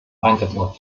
einsatzort